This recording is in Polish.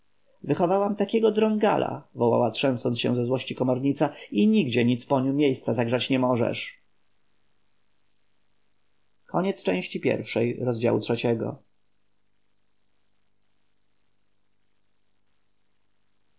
wychowałam takiego drągala wołała trzęsąc się ze złości komornica i nigdzie nicponiu miejsca zagrzać nie możesz